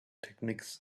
techniques